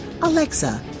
Alexa